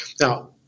Now